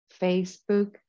Facebook